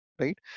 right